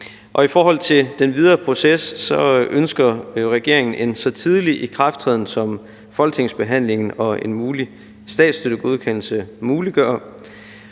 I forhold til den videre proces ønsker regeringen en så tidlig ikrafttræden, som folketingsbehandlingen og en mulig statsstøttegodkendelse muliggør,